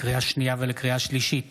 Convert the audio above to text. לקריאה שנייה ולקריאה שלישית